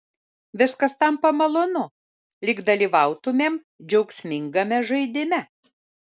viskas tampa malonu lyg dalyvautumėm džiaugsmingame žaidime